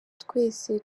twese